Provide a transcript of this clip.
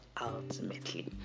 Ultimately